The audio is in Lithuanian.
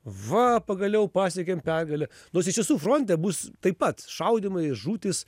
va pagaliau pasiekėm pergalę nors iš tiesų fronte bus taip pat šaudymai žūtys